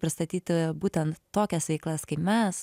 pristatyti būtent tokias veiklas kaip mes